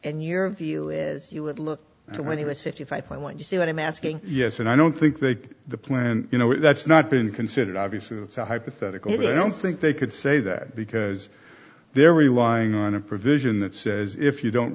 fifty five when you see what i'm asking yes and i don't think that the plan you know that's not been considered obviously it's a hypothetical but i don't think they could say that because they're relying on a provision that says if you don't